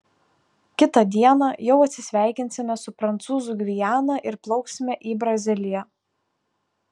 kitą dieną jau atsisveikinsime su prancūzų gviana ir plauksime į braziliją